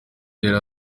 yari